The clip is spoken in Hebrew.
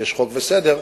ויש חוק וסדר,